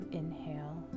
inhale